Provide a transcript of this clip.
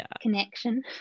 connection